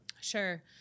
Sure